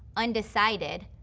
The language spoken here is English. undecided,